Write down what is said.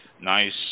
nice